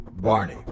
Barney